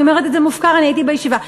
אני אומרת מופקר, אני הייתי בישיבות האלה.